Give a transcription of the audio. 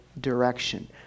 Direction